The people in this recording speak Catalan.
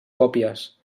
còpies